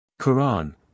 Quran